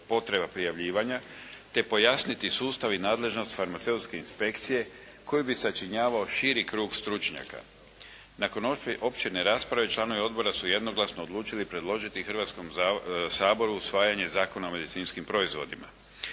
potreba prijavljivanja, te pojasniti sustav i nadležnost Farmaceutske inspekcije koju bi sačinjavao širi krug stručnjaka. Nakon opširne rasprave članovi odbora su jednoglasno odlučili predložiti Hrvatskom saboru usvajanje Zakona o medicinskim proizvodima.